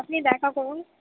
আপনি দেখা করুন